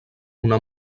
una